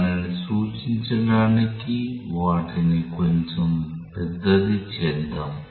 దానిని సూచించడానికి వాటిని కొంచెం పెద్దది చేద్దాం